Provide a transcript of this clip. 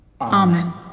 Amen